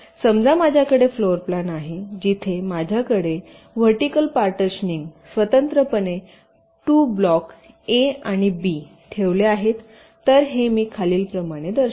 समजा माझ्याकडे फ्लोरप्लान आहे जिथे माझ्याकडे उभ्या पार्टिशनिंग स्वतंत्रपणे 2 ब्लॉक ए आणि बी ठेवले आहेत तर हे मी खालीलप्रमाणे दर्शवितो